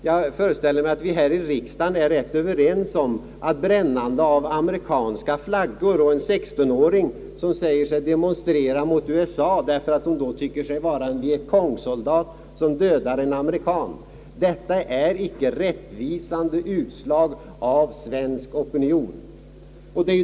Jag föreställer mig att vi här i Sverige är ganska ense om att brännandet av amerikanska flaggor eller ett yttrande av en 16-årig flicka, som säger sig demonstrera mot USA för att hon då tycker sig vara en vietkongsoldat, som dödar en amerikansk soldat, inte är rättvisande utslag av svensk opinion.